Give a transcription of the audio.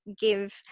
give